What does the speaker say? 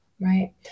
Right